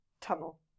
tunnel